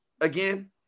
again